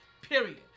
Period